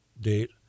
date